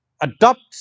adopts